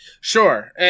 Sure